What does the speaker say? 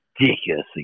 ridiculously